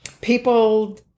people